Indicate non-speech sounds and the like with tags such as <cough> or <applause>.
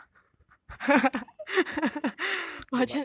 <laughs> no but